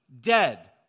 dead